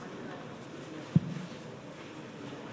מכבדים בקימה את צאת נשיא המדינה מאולם